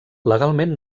legalment